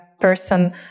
person